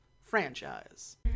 franchise